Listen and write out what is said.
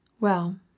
Well